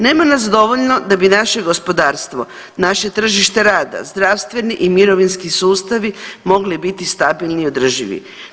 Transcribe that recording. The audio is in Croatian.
Nema nas dovoljno da bi naše gospodarstvo, naše tržište rada, zdravstveni i mirovinski sustavi mogli biti stabilni i održivi.